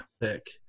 pick